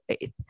faith